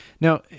now